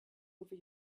over